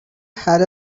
had